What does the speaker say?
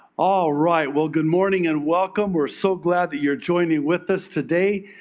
all right. well, good morning and welcome. we're so glad that you're joining with us today.